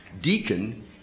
deacon